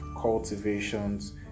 cultivations